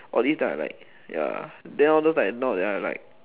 all these I like ya then all those like not I don't like